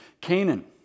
Canaan